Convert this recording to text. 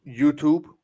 YouTube